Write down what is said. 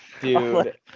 dude